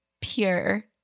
Pure